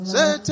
Say